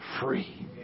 free